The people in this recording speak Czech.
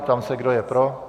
Ptám se, kdo je pro.